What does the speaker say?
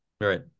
Right